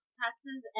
taxes